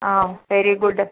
very good